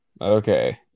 Okay